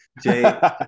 Jay